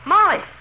Molly